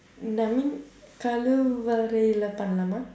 இந்த கழிவறையிலே பண்ணலாமா:indtha kazhivaraiyilee pannalaamaa